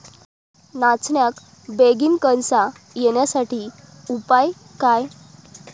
नाचण्याक बेगीन कणसा येण्यासाठी उपाय काय?